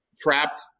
trapped